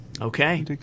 okay